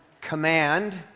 command